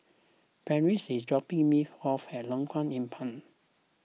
Parrish is dropping me off at Lengkong Empat